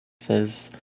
says